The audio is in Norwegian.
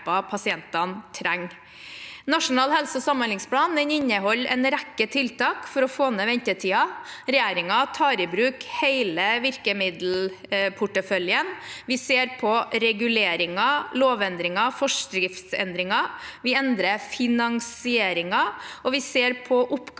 Nasjonal helse- og samhandlingsplan inneholder en rekke tiltak for å få ned ventetidene. Regjeringen tar i bruk hele virkemiddelporteføljen. Vi ser på reguleringer, lovendringer og forskriftsendringer, vi endrer finansieringen, og vi ser på oppgavedeling